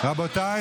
רבותיי,